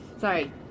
sorry